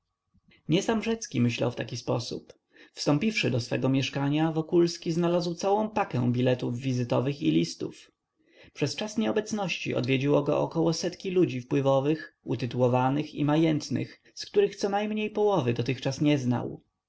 nie sam rzecki myślał w taki sposób wstąpiwszy do swego mieszkania wokulski znalazł całą pakę biletów wizytowych i listów przez czas nieobecności odwiedziło go około setki ludzi wpływowych utytułowanych i majętnych z których conajmniej połowy dotychczas nie znał